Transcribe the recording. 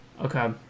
Okay